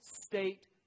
state